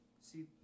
See